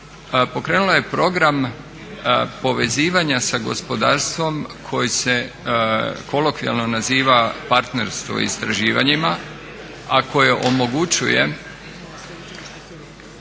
pokrenula je program povezivanja sa gospodarstvom koji se kolokvijalno naziva partnerstvo istraživanjima, a koje omogućuje